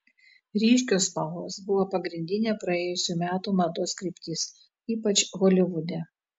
ryškios spalvos buvo pagrindinė praėjusių metų mados kryptis ypač holivude